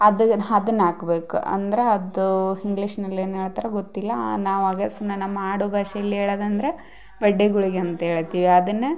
ಅದು ಅದನ್ ಹಾಕ್ಬೇಕ್ ಅಂದರ ಅದು ಇಂಗ್ಲೀಷ್ನಲ್ಲಿ ಏನು ಹೇಳ್ತಾರ ಗೊತ್ತಿಲ್ಲ ನಾವು ಹಾಗೆ ಸುಮ್ಮನೆ ನಮ್ಮ ಆಡುಭಾಷೆಯಲ್ಲಿ ಹೇಳೋದಂದ್ರ ಬಡ್ಡೆ ಗುಳಿಗೆ ಅಂತ ಹೇಳ್ತೀವಿ ಅದನ್ನ